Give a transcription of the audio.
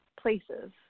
places